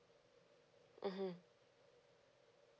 mmhmm